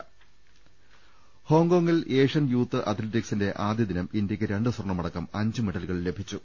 രദ്ദേഷ്ടങ ഹോങ്കോംഗിൽ Asian youth അത്ലറ്റിക്സിന്റെ ആദ്യ ദിനം ഇന്ത്യക്ക് രണ്ട് സ്വർണമടക്കം അഞ്ച് മെഡലുകൾ ലഭിച്ചു